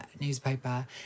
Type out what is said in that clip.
newspaper